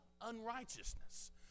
unrighteousness